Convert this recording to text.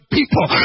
people